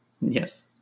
Yes